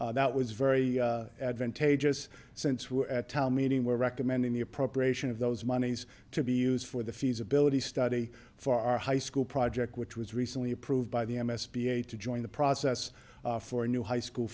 dollars that was very advantageous since we're at town meeting we're recommending the appropriation of those monies to be used for the feasibility study for our high school project which was recently approved by the m s p a to join the process for a new high school